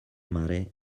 mare